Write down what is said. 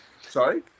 Sorry